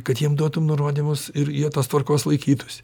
kad jiem duotum nurodymus ir jie tos tvarkos laikytųsi